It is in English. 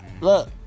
Look